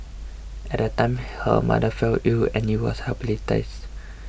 at the time her mother fell you and you was hospitalised